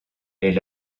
est